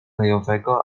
gajowego